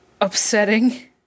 upsetting